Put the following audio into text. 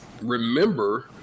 remember